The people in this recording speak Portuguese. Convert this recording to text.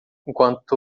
enquanto